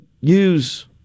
use